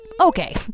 okay